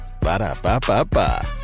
Ba-da-ba-ba-ba